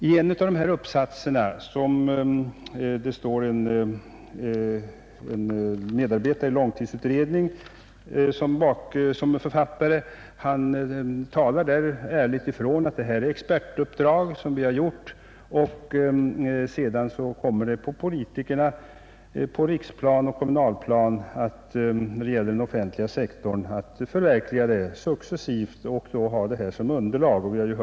I en av tidskriftsuppsatserna — en medarbetare i långtidsutredningen är författaren — sägs ärligt ifrån att det är ett expertuppdrag som utförts och att det ankommer på politikerna på riksplan och kommunalplan att när det gäller den offentliga sektorn successivt genomföra ett förverkligande med materialet som underlag.